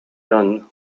done